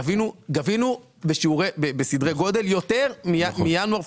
גבינו בסדרי גודל יותר מינואר,